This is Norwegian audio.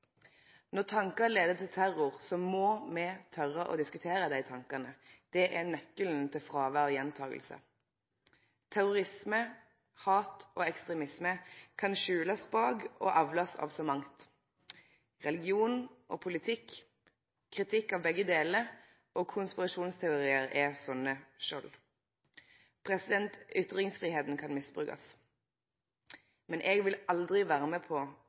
Når tankar leier til terror, må me tore å diskutere dei tankane. Det er nøkkelen til fråvær av gjentaking. Terrorisme, hat og ekstremisme kan skjulast bak og avlast av så mangt. Religion og politikk, kritikk av begge delar, og konspirasjonsteoriar, er slike skjold. Ytringsfridomen kan misbrukast, men eg vil aldri vere med på